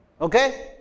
Okay